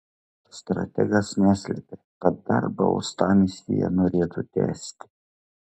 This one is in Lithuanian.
strategas neslėpė kad darbą uostamiestyje norėtų tęsti